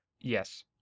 Yes